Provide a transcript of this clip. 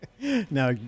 Now